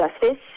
justice